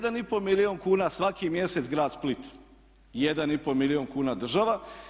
1,5 milijuna kuna svaki mjesec grad Split, 1,5 milijun kuna država.